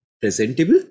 presentable